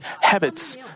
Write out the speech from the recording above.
habits